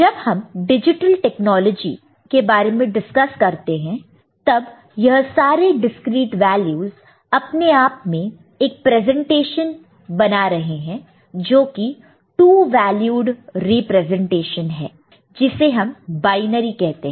जब हम digital technology के बारे में डिस्कस करते हैं तब यह सारे डिस्क्रीट वैल्यूस अपने आप में एक प्रेजेंटेशन बना रहे हैं जो कि 2 वैल्यूड रिप्रेजेंटेशन है जिसे हम बायनरी कहते हैं